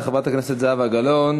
תודה רבה לחברת הכנסת זהבה גלאון.